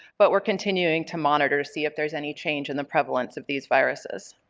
but we're continuing to monitor to see if there's any change in the prevalence of these viruses.